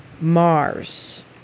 Mars